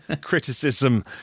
criticism